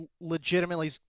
legitimately